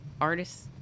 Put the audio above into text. Artists